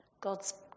God's